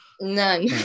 none